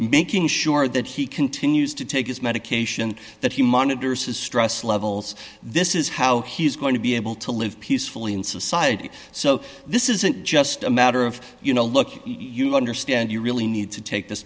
making sure that he continues to take his medication that he monitors his stress levels this is how he's going to be able to live peacefully in society so this isn't just a matter of you know look you understand you really need to take th